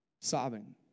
Sobbing